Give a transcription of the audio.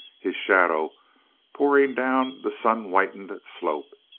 his shadow pouring down the sun-whitened slope.